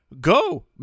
go